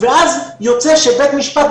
אז יוצא שבית משפט,